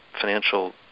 financial